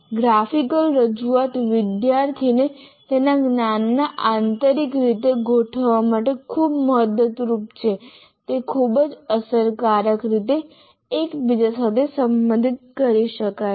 graphical રજૂઆત વિદ્યાર્થીને તેના જ્ઞાનને આંતરિક રીતે ગોઠવવા માટે ખૂબ મદદરૂપ છે તે ખૂબ જ અસરકારક રીતે એક બીજા સાથે સંબંધિત કરી શકશે